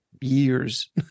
years